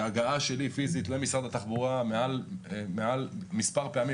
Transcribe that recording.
בהגעה פיזית שלי למשרד התחבורה מספר פעמים,